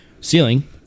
Ceiling